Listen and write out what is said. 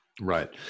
Right